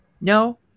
No